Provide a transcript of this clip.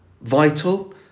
vital